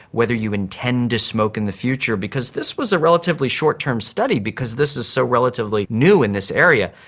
whether you intend to smoke in the future. because this was a relatively short-term study because this is so relatively new in this area.